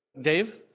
Dave